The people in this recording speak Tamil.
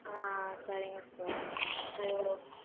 ஆ சரிங்க சார் சரி ஓகே